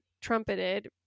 trumpeted